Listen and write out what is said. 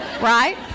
Right